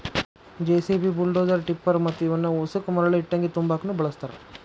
JCB, bulldozer, tipper ಮತ್ತ ಇವನ್ ಉಸಕ ಮರಳ ಇಟ್ಟಂಗಿ ತುಂಬಾಕುನು ಬಳಸ್ತಾರ